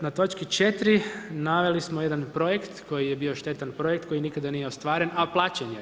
Na točki 4. naveli smo jedan projekt koji je bio štetan projekt koji nikada nije ostvaren, a plaćen je.